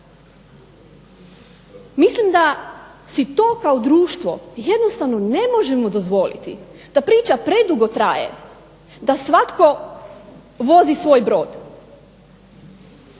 Mislim da si to kao društvo jednostavno ne možemo dozvoliti. Ta priča predugo traje, da svatko vozi svoj brod.